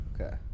Okay